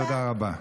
תודה רבה.